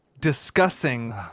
discussing